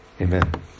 Amen